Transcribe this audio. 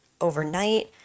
overnight